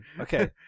Okay